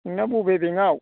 नोंना बबे बेंकआव